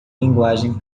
linguagem